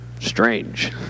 strange